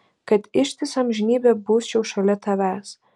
kad ištisą amžinybę busčiau šalia tavęs